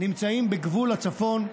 נמצאים בגבול הצפון,